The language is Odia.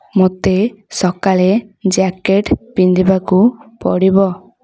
ମୋତେ ସକାଳେ ଜ୍ୟାକେଟ୍ ପିନ୍ଧିବାକୁ ପଡ଼ିବ